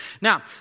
Now